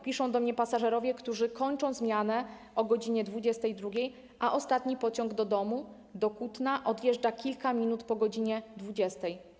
Piszą do mnie pasażerowie, którzy kończą zmianę o godz. 22, a ostatni pociąg do domu, do Kutna odjeżdża kilka minut po godz. 20.